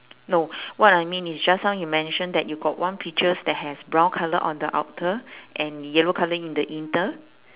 no what I mean is just now you mention that you got one peaches that has brown colour on the outer and yellow colour in the inter